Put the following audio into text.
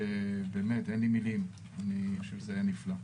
אין לי מילים, אני חושב שזה היה נפלא.